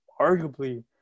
arguably